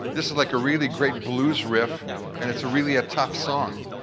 this is like a really great blues riff and it's a really ah tough song.